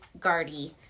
guardy